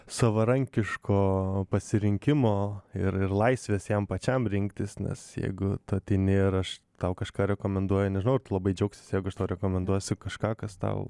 savarankiško pasirinkimo ir laisvės jam pačiam rinktis nes jeigu tu ateini ir aš tau kažką rekomenduoju nežinau ar tu labai džiaugsies jeigu aš tau rekomenduos kažką kas tau